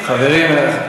חברים,